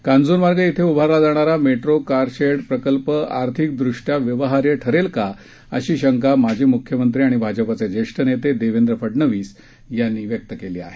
कांज्रमार्ग इथं उभारला जाणारा मेट्रो कारशेड प्रकल्प आर्थिकदृष्ट्या व्यवहार्य ठरेल का अशी शंका माजी मुख्यमंत्री आणि भाजपाचे ज्येष्ठ नेते देवेंद्र फडवणीस यांनी व्यक्त केली आहे